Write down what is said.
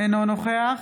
אינו נוכח